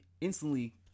instantly